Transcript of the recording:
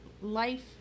life